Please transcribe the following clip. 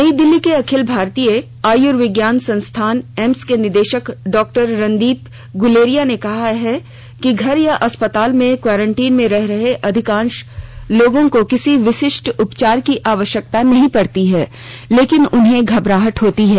नई दिल्ली के अखिल भारतीय आयुर्विज्ञान संस्थान एम्स के निदेशक डॉक्टर रणदीप गुलेरिया ने कहा है कि घर या अस्पताल में क्वारंटीन में रह रहे अधिकांश लोगों को किसी विशिष्ट उपचार की आवश्यकता नहीं पड़ती है लेकिन उन्हें घबराहट होती है